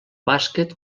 bàsquet